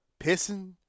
pissing